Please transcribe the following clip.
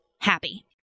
happy